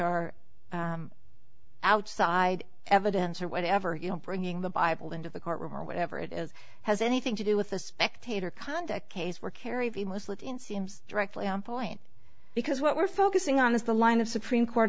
are outside evidence or whatever you know bringing the bible into the courtroom or whatever it is has anything to do with the spectator conduct case where kerry view was let in seems directly on point because what we're focusing on is the line of supreme court